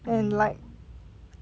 and like